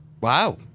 wow